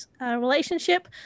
relationship